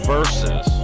Versus